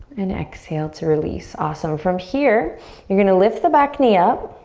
and exhale to release, awesome. from here you're going to left the back knee up,